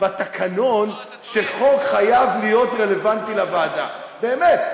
בתקנון שחוק חייב להיות רלוונטי לוועדה, באמת.